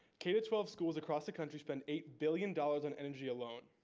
k to twelve schools across the country spend eight billion dollars on energy alone.